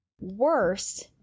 worse